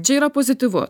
čia yra pozityvu